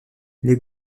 les